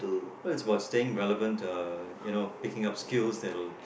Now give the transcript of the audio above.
it's about staying relevant you know picking up skills that will